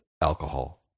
alcohol